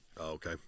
okay